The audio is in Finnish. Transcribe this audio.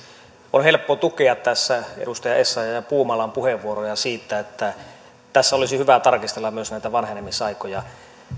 on helppo tukea tässä edustaja essayahin ja edustaja puumalan puheenvuoroja siitä että tässä olisi hyvä tarkistella myös näitä vanhenemisaikoja